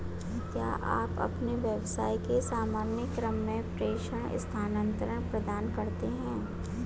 क्या आप अपने व्यवसाय के सामान्य क्रम में प्रेषण स्थानान्तरण प्रदान करते हैं?